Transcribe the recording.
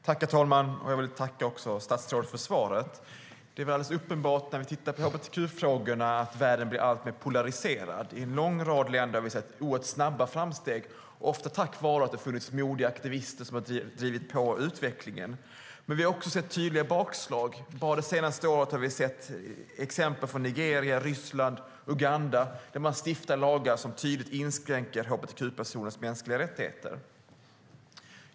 Herr talman! Jag vill tacka statsrådet för svaret. Det är alldeles uppenbart när vi tittar på hbtq-frågorna att världen blir alltmer polariserad. I en lång rad länder har vi sett oerhört snabba framsteg ofta tack vare att det funnits modiga aktivister som har drivit på utvecklingen. Men vi har också sett tydliga bakslag. Bara det senaste året har vi sett exempel från Nigeria, Ryssland och Uganda där man stiftar lagar som tydligt inskränker hbtq-personers mänskliga rättigheter.